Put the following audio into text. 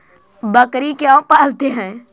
बकरी क्यों पालते है?